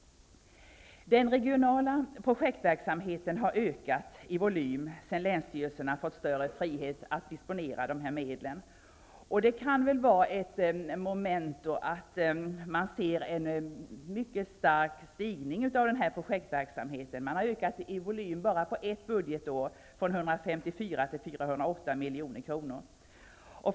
Den regionala projektverksamheten har ökat i volym sedan länsstyrelserna fått större frihet att disponera dessa medel, och den starka ökningen kan vara ett memento. Projektverksamheten har ökat i volym på bara ett budgetår från 154 till 408 milj.kr.